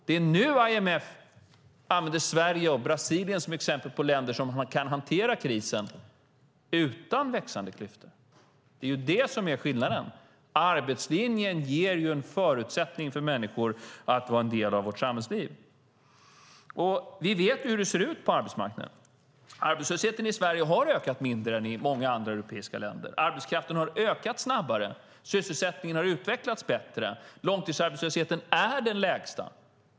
Det är nu IMF använder Sverige och Brasilien som exempel på länder som kan hantera krisen utan växande klyftor. Det är det som är skillnaden: Arbetslinjen ger en förutsättning för människor att vara en del av vårt samhällsliv. Vi vet hur det ser ut på arbetsmarknaden - arbetslösheten i Sverige har ökat mindre än i många andra europeiska länder. Arbetskraften har ökat snabbare, sysselsättningen har utvecklats bättre och långtidsarbetslösheten är den lägsta.